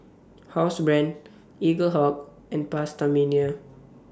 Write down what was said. Housebrand Eaglehawk and PastaMania